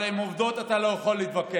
אבל עם עובדות אתה לא יכול להתווכח,